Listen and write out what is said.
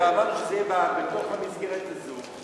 אמרנו שזה יהיה בתוך המסגרת הזאת.